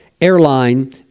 Airline